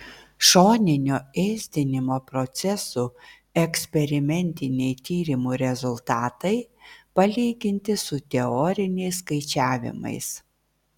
šoninio ėsdinimo procesų eksperimentiniai tyrimų rezultatai palyginti su teoriniais skaičiavimais